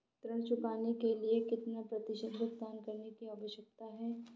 ऋण चुकाने के लिए कितना प्रतिशत भुगतान करने की आवश्यकता है?